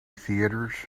theatres